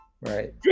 Right